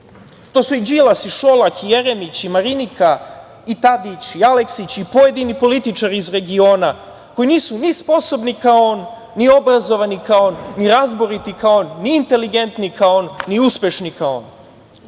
To su i Đilas, i Šolak, i Jeremić, i Marinika, i Tadić, i Aleksić, i pojedini političari iz regiona koji nisu ni sposobni kao on, ni obrazovani kao on, ni razboriti kao on, ni inteligentni kao on, ni uspešni kao on.